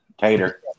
Tater